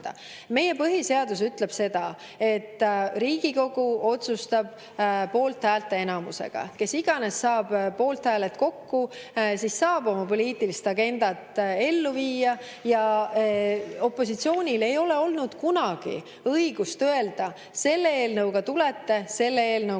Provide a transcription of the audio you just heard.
Meie põhiseadus ütleb, et Riigikogu otsustab poolthäälte enamusega. Kes iganes saab poolthääled kokku, saab oma poliitilist agendat ellu viia. Opositsioonil ei ole olnud kunagi õigust öelda, et selle eelnõuga tulete ja selle eelnõuga ei tule.